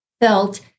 felt